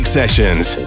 sessions